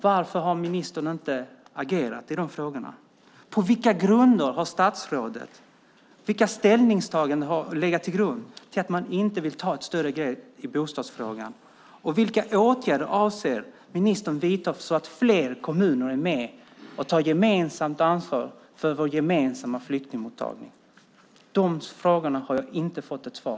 Varför har ministern inte agerat i de frågorna? Vilka ställningstaganden har legat till grund för att man inte velat ta ett större grepp om bostadsfrågan? Och vilka åtgärder avser ministern att vidta så att fler kommuner är med och gemensamt tar ansvar för vår gemensamma flyktingmottagning? På de här frågorna har jag inte fått svar.